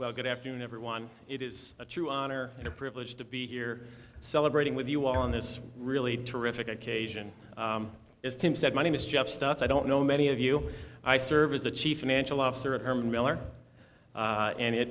well good afternoon everyone it is a true honor and a privilege to be here celebrating with you on this really terrific occasion is tim said my name is jeff stuff i don't know many of you i served as the chief financial officer at herman miller and it